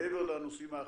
מעבר לנושאים האחרים,